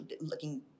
looking